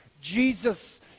Jesus